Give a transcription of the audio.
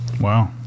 wow